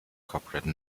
corporate